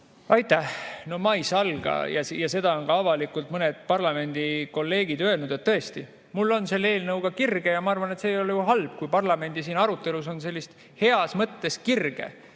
Aitäh! Ma ei salga – ja seda on ka avalikult mõned parlamendi kolleegid öelnud –, et tõesti, ma [suhtun] sellesse eelnõusse kirega. Ja ma arvan, et see ei ole ju halb, kui parlamendi arutelus on sellist heas mõttes kirge.